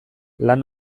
lan